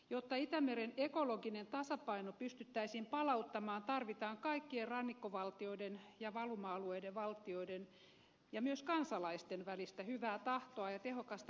jotta itämeren ekologinen tasapaino pystyttäisiin palauttamaan tarvitaan kaikkien rannikkovaltioiden ja valuma alueiden valtioiden ja myös kansalaisten välistä hyvää tahtoa ja tehokasta yhteistyötä